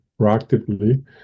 proactively